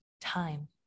time